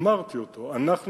ואמרתי אותו: אנחנו